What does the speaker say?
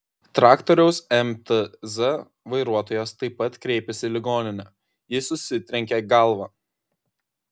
traktoriaus mtz vairuotojas taip pat kreipėsi į ligoninę jis susitrenkė galvą